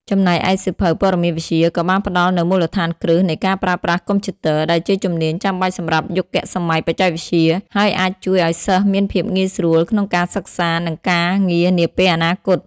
ចំណែកឯសៀវភៅ ព័ត៌មានវិទ្យា ក៏បានផ្ដល់នូវមូលដ្ឋានគ្រឹះនៃការប្រើប្រាស់កុំព្យូទ័រ ដែលជាជំនាញចាំបាច់សម្រាប់យុគសម័យបច្ចេកវិទ្យា ហើយអាចជួយឱ្យសិស្សមានភាពងាយស្រួលក្នុងការសិក្សា និងការងារនាពេលអនាគត។